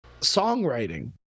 songwriting